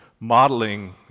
modeling